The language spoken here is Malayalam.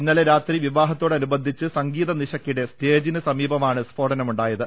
ഇന്നലെ രാത്രി വിവാഹത്തോ ടനുബന്ധിച്ച് സംഗീത നിശക്കിടെ സ്റ്റേജിന് സമീപമാണ് സ്ഫോട നമുണ്ടായത്